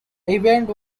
event